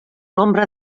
nombre